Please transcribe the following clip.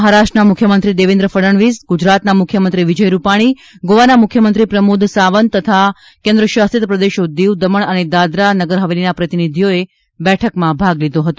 મહારાષ્ટ્રના મુખ્યમંત્રી દેવેન્દ્ર ફડણવીસ ગુજરાતના મુખ્યમંત્રી વિજય રૂપાણી ગોવાના મુખ્યમંત્રી પ્રમોદ સાવંત અને કેન્દ્ર શાસિત પ્રદેશો દીવ દમણ તથા દાદરા અને નગર હવેલીના પ્રતિનિધીઓએ આજની બેઠકમાં ભાગ લીધો હતો